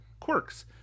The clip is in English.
Quirks